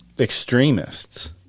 extremists